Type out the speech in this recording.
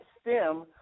STEM